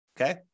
okay